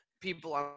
people